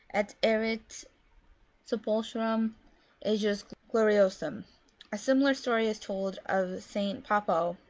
et erit sepulchrum ejus gloriosumr a similar story is told of st. poppo,